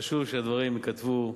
חשוב שהדברים ייכתבו.